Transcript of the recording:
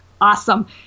awesome